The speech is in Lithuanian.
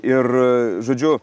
ir žodžiu